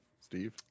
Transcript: Steve